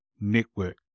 network